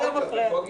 זה לא מפריע לו.